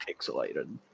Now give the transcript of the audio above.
pixelated